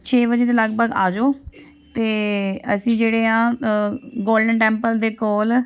ਛੇ ਵਜੇ ਦੇ ਲਗਭਗ ਆ ਜਾਓ ਅਤੇ ਅਸੀਂ ਜਿਹੜੇ ਹਾਂ ਗੋਲਡਨ ਟੈਂਪਲ ਦੇ ਕੋਲ